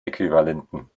äquivalenten